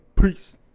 Peace